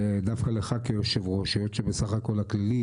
ודווקא לך כיושב ראש היות שבסך הכל הכללי